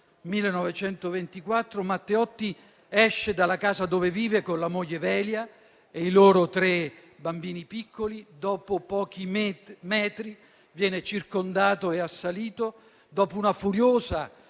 1924 Matteotti esce dalla casa dove vive con la moglie Velia e i loro tre bambini piccoli. Dopo pochi metri viene circondato e assalito; dopo una furiosa